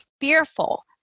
Fearful